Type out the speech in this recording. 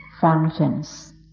functions